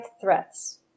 threats